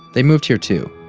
they moved here too.